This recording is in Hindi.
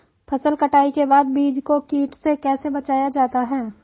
फसल कटाई के बाद बीज को कीट से कैसे बचाया जाता है?